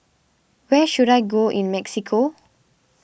where should I go in Mexico